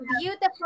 beautiful